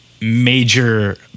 major